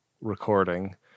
recording